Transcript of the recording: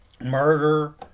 murder